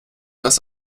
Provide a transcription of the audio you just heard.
das